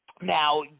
Now